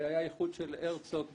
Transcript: היה איחוד של הרצוג וליפשיץ.